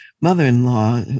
mother-in-law